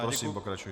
Prosím, pokračujte.